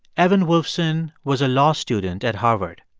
evan wolfson was a law student at harvard.